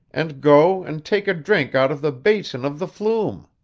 and go and take a drink out of the basin of the flume